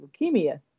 leukemia